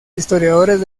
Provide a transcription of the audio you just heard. historiadores